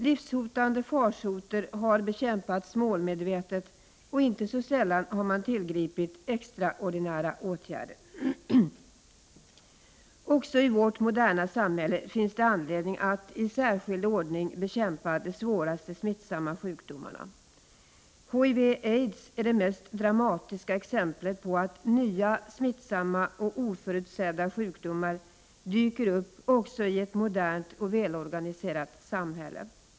Livshotande farsoter har bekämpats målmedvetet, och inte så sällan har man tillgripit extraordinära åtgärder. Också i vårt moderna samhälle finns det anledning att i särskild ordning bekämpa de svåraste smittsamma sjukdomarna. HIV/aids är det mest dramatiska exemplet på att nya smittsamma och oförutsedda sjukdomar dyker upp också i ett modernt och välorganiserat samhälle.